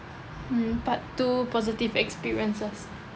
um part two positive experiences